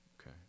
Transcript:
Okay